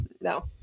no